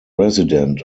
resident